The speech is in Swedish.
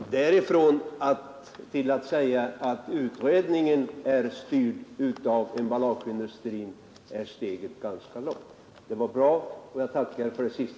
Herr talman! Därifrån och till att påstå att utredningen är styrd av emballageindustrin är steget ganska långt. Det senaste inlägget var bra, och jag tackar för det.